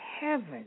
heaven